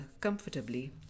comfortably